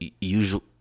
usual